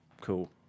Cool